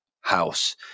house